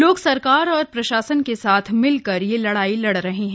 लोग सरकार और प्रशासन के साथ मिलकर यह लड़ाई लड़ रहे हैं